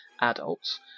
adults